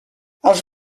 els